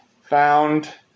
found